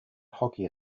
hockey